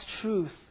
truth